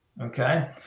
okay